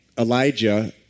Elijah